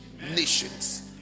Nations